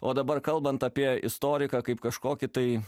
o dabar kalbant apie istoriką kaip kažkokį tai